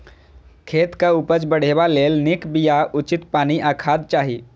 खेतक उपज बढ़ेबा लेल नीक बिया, उचित पानि आ खाद चाही